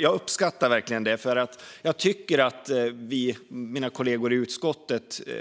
Jag uppskattar verkligen det. Mina kollegor i utskottet redogör